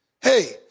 Hey